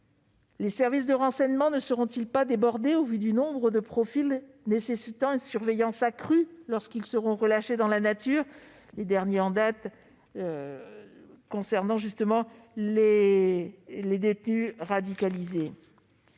Les services de renseignement ne seront-ils pas débordés compte tenu du nombre de ceux qui nécessiteront une surveillance accrue lorsqu'ils auront été relâchés dans la nature,